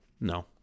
No